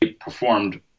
performed